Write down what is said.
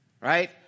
right